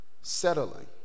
settling